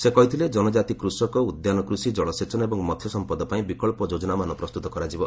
ସେ କହିଥିଲେ ଜନକାତି କୃଷକ ଉଦ୍ୟାନ କୃଷି ଜଳସେଚନ ଏବଂ ମହ୍ୟ ସମ୍ପଦ ପାଇଁ ବିକ୍ସ ଯୋଜନାମାନ ପ୍ରସ୍ତୁତ କରାଯିବ